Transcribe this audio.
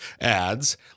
adds